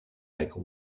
like